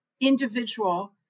individual